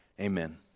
Amen